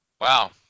Wow